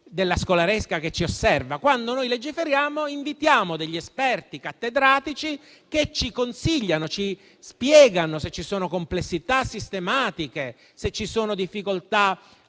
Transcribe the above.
della scolaresca che ci osserva; quando noi legiferiamo, invitiamo degli esperti cattedratici che ci consigliano e ci spiegano se ci sono complessità sistematiche e se ci sono difficoltà